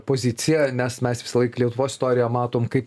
pozicija nes mes visąlaik lietuvos istoriją matom kaip